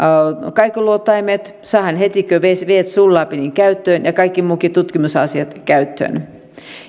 kaikuluotaimet käyttöön heti kun vedet sulavat ja kaikki muutkin tutkimusasiat käyttöön